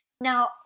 now